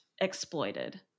exploited